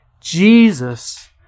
Jesus